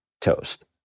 toast